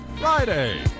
Friday